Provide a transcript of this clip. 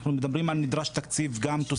אנחנו מדברים על כך שנדרש תקציב תוספתי,